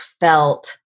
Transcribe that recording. felt